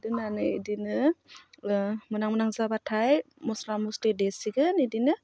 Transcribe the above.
दोननानै बिदिनो मोनहां मोनहां जाबाथाय मस्ला मस्लि देसिगोन बिदिनो